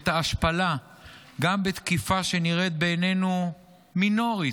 את ההשפלה גם בתקיפה שנראית בעינינו מינורית,